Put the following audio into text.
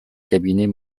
cabinet